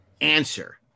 answer